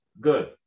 Good